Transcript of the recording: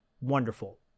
Wonderful